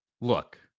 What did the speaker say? Look